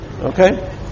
Okay